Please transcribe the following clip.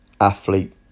athlete